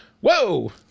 whoa